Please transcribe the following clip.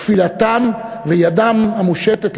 תפילתם וידם המושטת,